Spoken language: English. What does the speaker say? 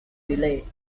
delay